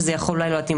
שזה יכול אולי להתאים,